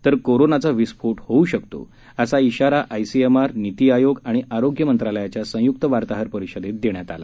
तर कोरोनाचा विस्फोट होऊ शकतो असा इशारा आयसीएमआर निती आयोग आणि आरोग्य मंत्रालयाच्या संयुक्त वार्ताहार परिषदेत देण्यात आला